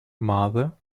mother